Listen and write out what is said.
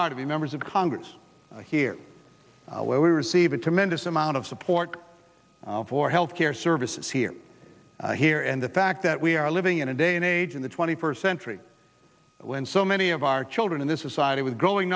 are to be members of congress here where we receive a tremendous amount of support for health care services here here and the fact that we are living in a day and age in the twenty first century when so many of our children in this society with growing